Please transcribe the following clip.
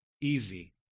easy